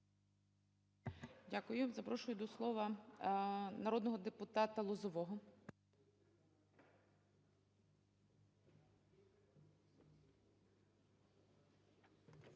Дякую. Запрошую до слова народного депутата Лозового.